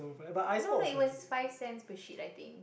no no it was five cents per sheet I think